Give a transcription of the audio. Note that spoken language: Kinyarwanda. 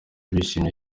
bishimye